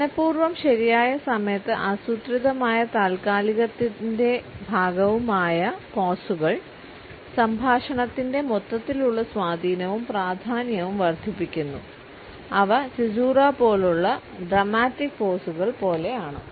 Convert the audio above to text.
മനപൂർവവും ശരിയായ സമയത്ത് ആസൂത്രിതമായ താൽക്കാലികത്തിന്റെ ഭാഗവുമായ പോസുകൾ സംഭാഷണത്തിന്റെ മൊത്തത്തിലുള്ള സ്വാധീനവും പ്രാധാന്യവും വർദ്ധിപ്പിക്കുന്നു അവ സിസുര പോലുള്ള ഡ്രമാറ്റിക് പോസുകൾ പോലെയാണ്